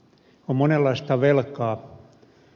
on monenlaista velkaa